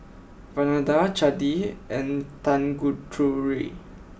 Vandana Chandi and Tanguturi